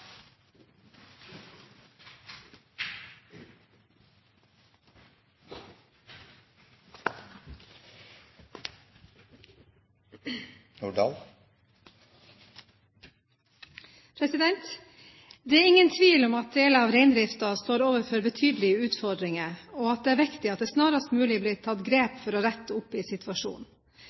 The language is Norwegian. granskingsutval. Det er ingen tvil om at deler av reindriften står overfor betydelige utfordringer, og at det er viktig at det snarest mulig blir tatt grep for å rette opp i situasjonen.